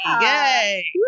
Yay